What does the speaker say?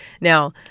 Now